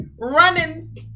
running